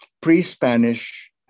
pre-Spanish